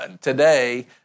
today